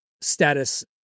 status